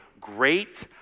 great